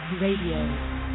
Radio